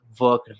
work